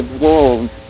wolves